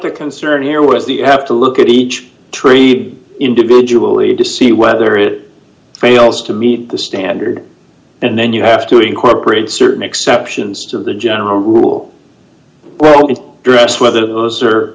st concern here was the you have to look at each tree individually to see whether it fails to meet the standard and then you have to incorporate certain exceptions to the general rule or duress whether those